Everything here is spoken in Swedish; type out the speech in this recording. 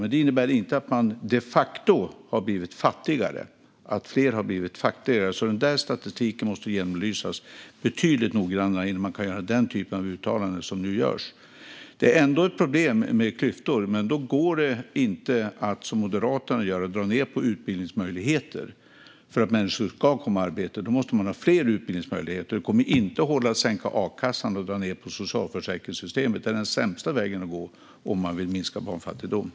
Men det innebär inte att fler de facto har blivit fattigare. Statistiken måste genomlysas betydligt noggrannare innan man kan göra denna typ av uttalanden. Det är ändå ett problem med klyftor. Men då går det inte att, som Moderaterna gör, dra ned på utbildningsmöjligheterna. Om människor ska komma i arbete måste det finnas fler utbildningsmöjligheter. Det kommer inte att hålla att man sänker a-kassan och drar ned på socialförsäkringssystemet. Det är den sämsta vägen att gå om man vill minska barnfattigdomen.